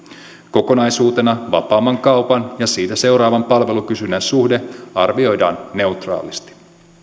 kokonaisuutena vapaamman kaupan ja siitä seuraavan palvelukysynnän suhde arvioidaan neutraalisti